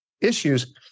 issues